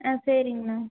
ஆ சரிங்கண்ணா